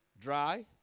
dry